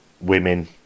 women